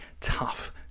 tough